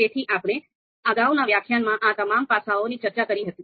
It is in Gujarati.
તેથી અપણે અગાઉના વ્યાખ્યાનમાં આ તમામ પાસાઓની ચર્ચા કરી હતી